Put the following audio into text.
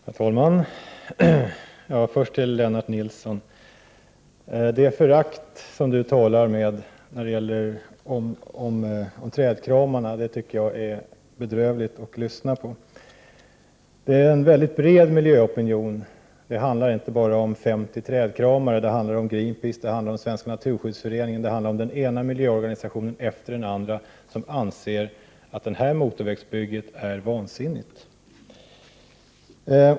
Herr talman! Först några ord till Lennart Nilsson. Det förakt som han visar när han talar om trädkramarna tycker jag är bedrövligt att lyssna på. Det är en bred miljöopinion — det är inte bara 50 trädkramare utan även Greenpeace, Svenska naturskyddsföreningen, ja, den ena miljöorganisationen efter den andra — som anser att motorvägsbygget i Bohuslän är vansinnigt.